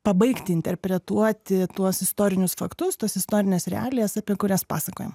pabaigti interpretuoti tuos istorinius faktus tas istorines realijas apie kurias pasakojam